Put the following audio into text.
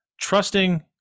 trusting